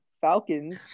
Falcons